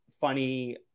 funny